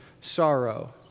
sorrow